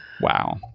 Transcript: Wow